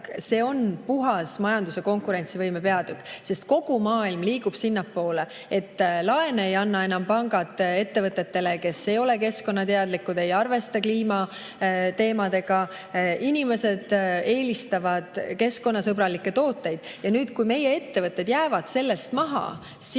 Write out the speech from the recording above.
see on puhas majanduse konkurentsivõime peatükk. Kogu maailm liigub sinnapoole, et pangad ei anna enam laene ettevõtetele, kes ei ole keskkonnateadlikud, ei arvesta kliimateemadega. Inimesed eelistavad keskkonnasõbralikke tooteid. Ja kui meie ettevõtted jäävad sellest maha, siis